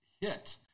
hit